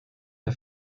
der